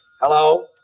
Hello